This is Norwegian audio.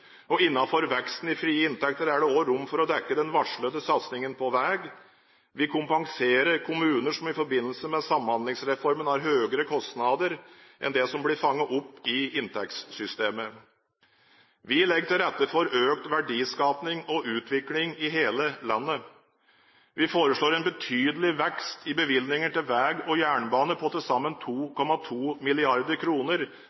veksten i frie inntekter er det også rom for å dekke den varslede satsingen på vei. Vi kompenserer kommuner som i forbindelse med Samhandlingsreformen har høyere kostnader enn det som blir fanget opp i inntektssystemet. Vi legger til rette for økt verdiskaping og utvikling i hele landet. Vi foreslår en betydelig vekst i bevilgningene til vei og jernbane på til sammen